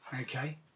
Okay